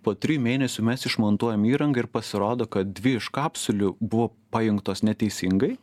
po trijų mėnesių mes išmontuojam įrangą ir pasirodo kad dvi iš kapsulių buvo pajungtos neteisingai